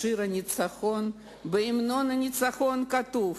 בשיר הניצחון, בהמנון הניצחון, כתוב: